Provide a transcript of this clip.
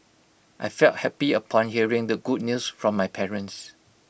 I felt happy upon hearing the good news from my parents